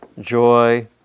joy